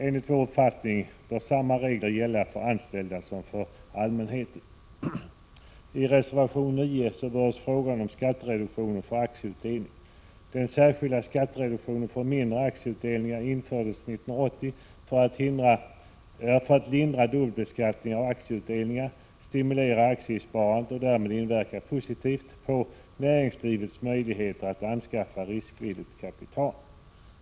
Enligt vår uppfattning bör samma regler gälla för de anställda som för allmänheten. I reservation 9 berörs frågan om skattereduktion för aktieutdelning. Den särskilda skattereduktionen för mindre aktieutdelningar infördes 1980 för att lindra dubbelbeskattningen av aktieutdelningar, stimulera aktiesparandet och därmed inverka positivt på näringslivets möjligheter att anskaffa riskvilligt kapital.